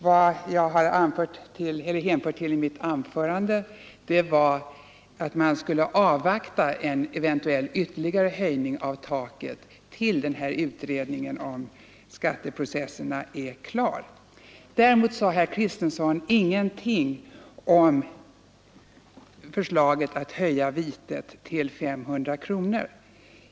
Vad jag sade i mitt anförande var att man skulle avvakta en eventuell ytterligare höjning av taket till dess utredningen om säkerhetsåtgärder i skatteprocessen är klar. Herr Kristenson sade ingenting om förslaget att höja vitet till 500 kronor.